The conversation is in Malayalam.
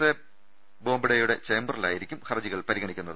എ ബോബ്ഡെയുടെ ചേംബറി ലായിരിക്കും ഹർജികൾ പരിഗണിക്കുന്നത്